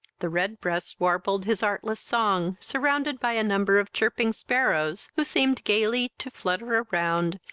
the red breast warbled his artless song, surrounded by a number of chirping sparrows, who seemed gaily to flutter around,